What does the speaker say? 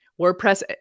wordpress